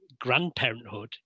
grandparenthood